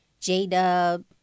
J-Dub